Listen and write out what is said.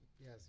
Yes